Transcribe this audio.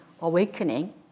awakening